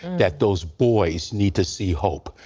that those boys need to see hope.